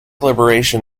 liberation